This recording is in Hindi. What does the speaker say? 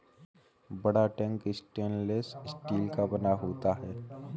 बड़ा टैंक स्टेनलेस स्टील का बना होता है